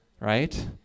right